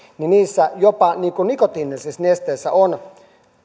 niissä jopa nikotiinillisissa nesteissä on